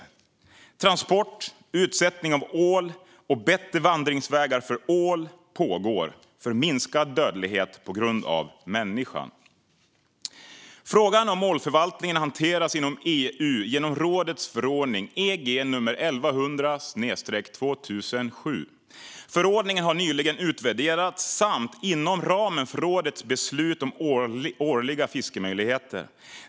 Arbete med transport, utsättning av ål och bättre vandringsvägar för ål pågår för minskad dödlighet på grund av människan. Frågan om ålförvaltningen hanteras inom EU genom rådets förordning nr 1100/2007. Förordningen har nyligen utvärderats inom ramen för rådets beslut om årliga fiskemöjligheter.